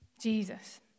Jesus